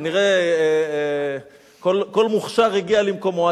אז כנראה כל מוכשר הגיע למקומו,